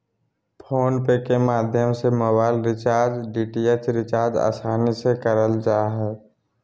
phone पे के माध्यम से मोबाइल रिचार्ज, डी.टी.एच रिचार्ज आसानी से करल जा हय